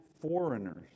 foreigners